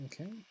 Okay